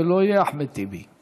אם לא יהיה, אחמד טיבי.